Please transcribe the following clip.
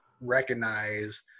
recognize